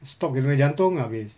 stop dia punya jantung habis